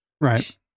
Right